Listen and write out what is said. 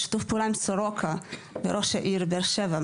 בשיתוף פעולה עם סורוקה וראש העיר באר שבע,